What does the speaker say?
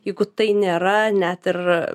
jeigu tai nėra net ir